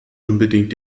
unbedingt